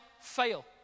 fail